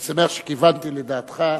אני שמח שכיוונתי לדעתך.